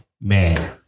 Man